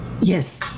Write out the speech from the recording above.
yes